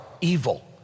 evil